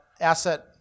asset